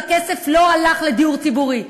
והכסף לא הלך לדיור ציבורי.